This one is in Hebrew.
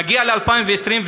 נגיע ל-2020,